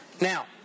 Now